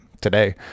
today